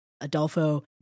Adolfo